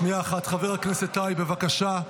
שנייה אחת, חבר הכנסת טייב, בבקשה.